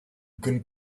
can